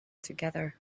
together